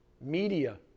media